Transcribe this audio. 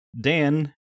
Dan